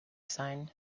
sein